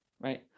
right